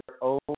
own